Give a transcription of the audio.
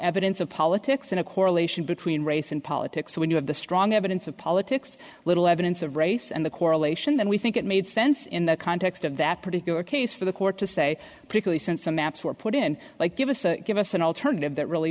evidence of politics in a correlation between race and politics so when you have the strong evidence of politics little evidence of race and the correlation then we think it made sense in the context of that particular case for the court to say particularly since the maps were put in like give us give us an alternative that really